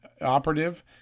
operative